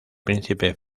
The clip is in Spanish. príncipe